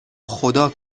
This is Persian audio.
خدا